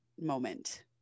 moment